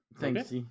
Thanks